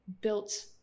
built